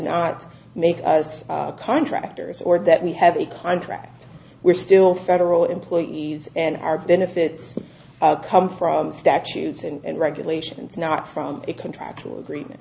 not make contractors or that we have a contract we're still federal employees and our benefits come from statutes and regulations not from a contractual agreement